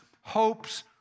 hopes